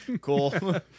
cool